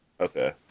okay